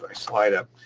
ah slide up.